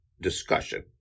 discussion